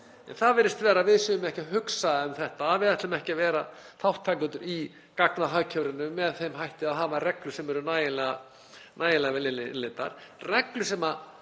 Það virðist vera að við séum ekki að hugsa um þetta, að við ætlum ekki að vera þátttakendur í gagnahagkerfinu með því að hafa reglur sem eru nægilega vel innleiddar,